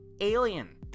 alien